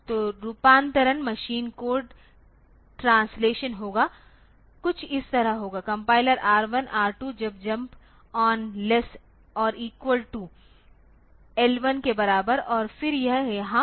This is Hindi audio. तो रूपांतरण मशीन कोड ट्रांसलेशन होगा कुछ इस तरह होगा कम्पाइर R1 R2 तब जम्प ऑन लेस्स और इक्वल टू L1 के बराबर और फिर यह यहां होगा